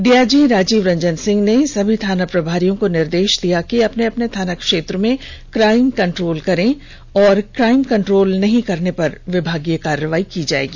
DIG Rajiv Ranjan Singh ने सभी थाना प्रभारियों को निर्देश देते हुए कहा के अपने अपने थाना क्षेत्र में क्राइम कंट्रोल करें और क्राइम कंट्रोल नहीं करने पर विभागीय कार्रवाई होगी